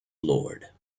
lord